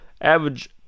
Average